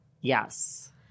Yes